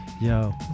yo